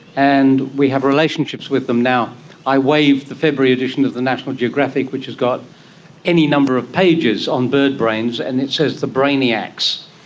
and we have relationships with them. i waved the february edition of the national geographic which has got any number of pages on bird brains, and it says the brainiacs.